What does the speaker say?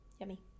Yummy